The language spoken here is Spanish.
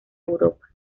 europa